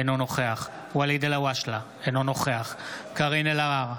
אינו נוכח ואליד אלהואשלה, אינו נוכח קארין אלהרר,